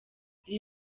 iri